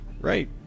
Right